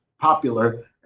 popular